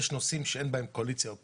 יש נושאים שאין בהם קואליציה או אופוזיציה,